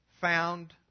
found